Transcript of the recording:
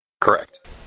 Correct